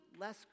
less